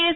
S